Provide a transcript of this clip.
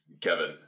Kevin